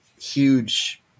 huge